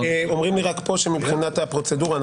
רק אומרים לי פה שמבחינת הפרוצדורה,